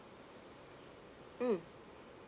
mm